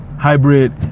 hybrid